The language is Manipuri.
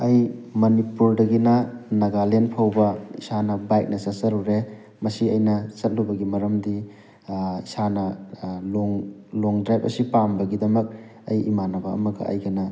ꯑꯩ ꯃꯅꯤꯄꯨꯔꯗꯒꯤꯅ ꯅꯥꯒꯥꯂꯦꯟ ꯐꯥꯎꯕ ꯏꯁꯥꯅ ꯕꯥꯏꯛꯅ ꯆꯠꯆꯔꯨꯔꯦ ꯃꯁꯤ ꯑꯩꯅ ꯆꯠꯂꯨꯕꯒꯤ ꯃꯔꯝꯗꯤ ꯏꯁꯥꯅ ꯂꯣꯡ ꯂꯣꯡ ꯗ꯭ꯔꯥꯏꯕ ꯑꯁꯤ ꯄꯥꯝꯕꯒꯤꯗꯃꯛ ꯑꯩ ꯏꯃꯥꯟꯅꯕ ꯑꯃꯒ ꯑꯩꯒꯅ